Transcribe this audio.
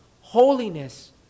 holiness